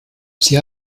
sie